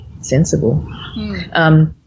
sensible